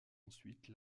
ensuite